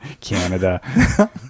Canada